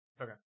Okay